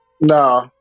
No